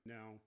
Now